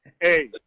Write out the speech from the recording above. Hey